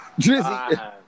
Drizzy